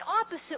opposite